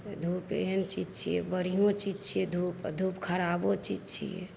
धूप एहन चीज छियै बढ़ियो चीज छियै धूप आ धूप खराबो चीज छियै